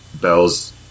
bells